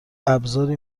ابزاری